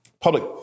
public